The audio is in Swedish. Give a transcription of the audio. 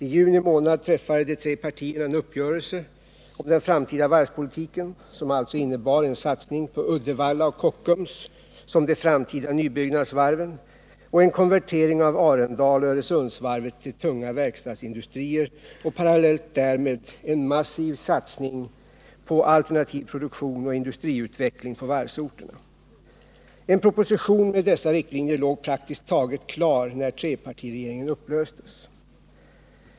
I juni månad träffade de tre partierna en uppgörelse om den framtida varvspolitiken, som alltså innebar en satsning på Uddevalla och Kockums som de framtida nybyggnadsvarven och en konvertering av Arendal och Öresundsvarvet till tunga verkstadsindustrier och parallellt därmed en massiv satsning på alternativ produktion och industriutveckling på varvsorterna. En proposition med dessa riktlinjer låg praktiskt taget klar när trepartiregeringen upplöstes.